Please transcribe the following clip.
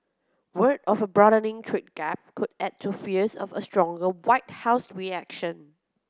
word of a broadening trade gap could add to fears of a stronger White House reaction